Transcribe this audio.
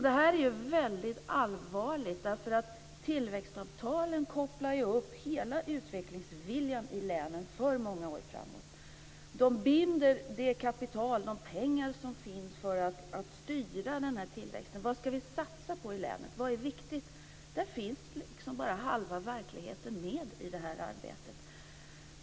Det här är väldigt allvarligt, därför att tillväxtavtalen binder ju upp hela utvecklingsviljan i länen för många år framåt. De binder de pengar som finns för att styra tillväxten: Vad ska vi satsa på i länet? Vad är viktigt? I det här arbetet finns liksom bara halva verkligheten med.